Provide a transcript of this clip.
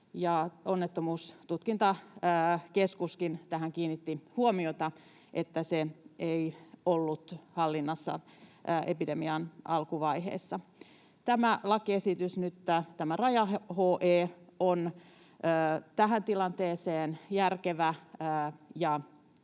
Onnettomuustutkintakeskuskin kiinnitti tähän huomiota, että se ei ollut hallinnassa epidemian alkuvaiheessa. Tämä lakiesitys, tämä raja-HE, on nyt tähän tilanteeseen järkevä